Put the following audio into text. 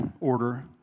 order